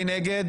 מי נגד?